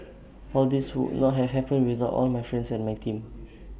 all this would not have happened without all my friends and my team